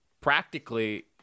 practically